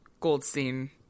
Goldstein